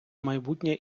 майбутнє